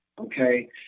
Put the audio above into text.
okay